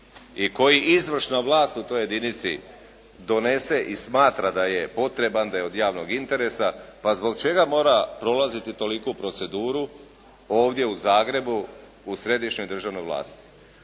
i koji izvršna vlast u toj jedinci donese i smatra da je potreban, da je od javnog interesa, pa zbog čega mora prolaziti toliku proceduru, ovdje u Zagrebu u središnjoj državnoj vlasti.